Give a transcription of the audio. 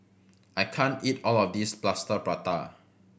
I can't eat all of this Plaster Prata